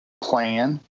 plan